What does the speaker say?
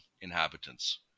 inhabitants